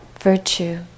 virtue